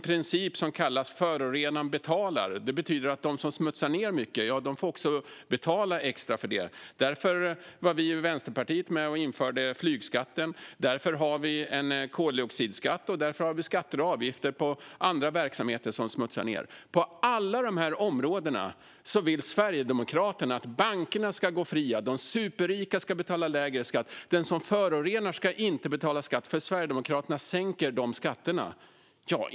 Principen om att förorenaren betalar innebär att den som smutsar ned mycket också får betala extra för det. Därför var vi i Vänsterpartiet med och införde flygskatten, därför har vi en koldioxidskatt och därför har vi skatter och avgifter på andra verksamheter som smutsar ned. På alla dessa områden vill Sverigedemokraterna att bankerna ska gå fria, att de superrika ska betala lägre skatt och att den som förorenar inte ska betala skatt. Sverigedemokraterna sänker dessa skatter.